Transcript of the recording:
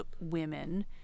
women